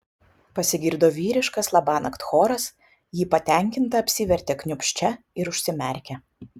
pasigirdo vyriškas labanakt choras ji patenkinta apsivertė kniūbsčia ir užsimerkė